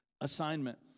assignment